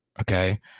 Okay